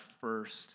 first